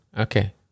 okay